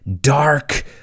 dark